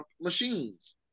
machines